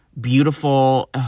beautiful